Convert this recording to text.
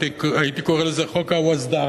הייתי קורא לזה: "חוק הווסדא-ראס",